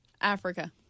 Africa